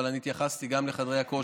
אבל אני התייחסתי גם לחדרי הכושר,